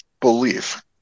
belief